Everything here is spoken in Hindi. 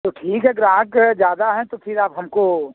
तो ठीक है ग्राहक ज्यादा हैं तो फिर आप हमको